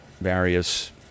various